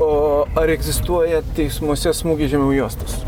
o ar egzistuoja teismuose smūgis žemiau juostos